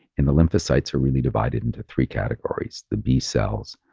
and the lymphocytes are really divided into three categories. the b-cells,